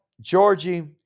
Georgie